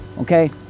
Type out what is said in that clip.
okay